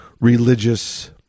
religious